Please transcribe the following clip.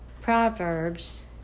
Proverbs